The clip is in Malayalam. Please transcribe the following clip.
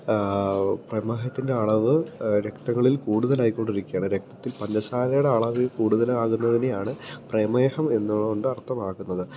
പ്രമേഹത്തിൻ്റെ അളവ് രക്തത്തില് കൂടുതലായിക്കൊണ്ടിരിക്കുകയാണ് രക്തത്തിൽ പഞ്ചസാരയുടെ അളവ് കൂടുതലാകുന്നതിനെയാണ് പ്രമേഹം എന്നുതുകൊണ്ട് അർത്ഥമാക്കുന്നത്